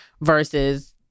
versus